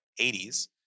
80s